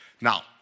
Now